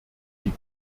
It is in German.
die